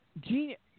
Genius